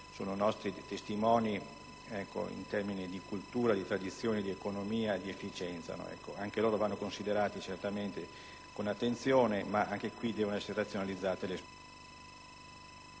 quanto nostri testimoniin termini di cultura, di tradizione, di economia e di efficienza. Vanno considerati certamente con attenzione, ma devono essere razionalizzate le spese.